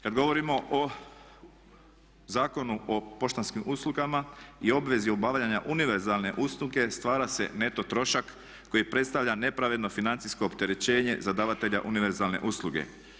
Kad govorimo o Zakonu o poštanskim uslugama i obvezi obavljanja univerzalne usluge stvara se neto trošak koji predstavlja nepravedno financijsko opterećenje za davatelja univerzalne usluge.